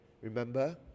Remember